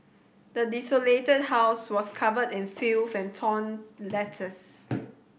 the desolated house was covered in filth and torn letters